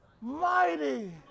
mighty